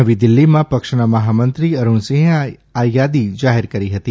નવી દિલ્ફીમાં પક્ષના મહામંત્રી અરૂણસિંહે આ યાદી જાહેર કરી હતી